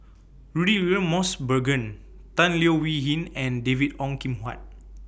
Rudy William Mosbergen Tan Leo Wee Hin and David Ong Kim Huat